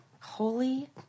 Holy